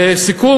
לסיכום,